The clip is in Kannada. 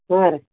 ಹಾಂ ರೀ